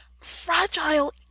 fragile